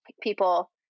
people